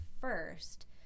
first